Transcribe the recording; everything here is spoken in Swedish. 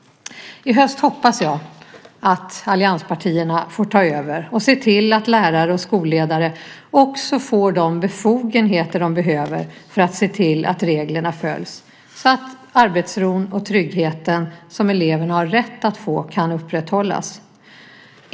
I höst hoppas jag att allianspartierna får ta över och se till att lärare och skolledare också får de befogenheter de behöver för att se till att reglerna följs, så att arbetsron och tryggheten, som eleverna har rätt att få, kan upprätthållas.